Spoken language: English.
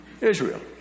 Israel